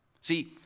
See